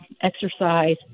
exercise